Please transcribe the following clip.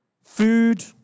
food